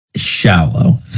shallow